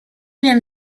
wiem